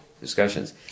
discussions